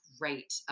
great